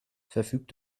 verfügt